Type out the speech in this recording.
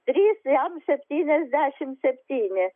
trys jam septyniasdešimt septyni